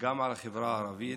גם על החברה הערבית,